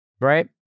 right